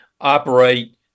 operate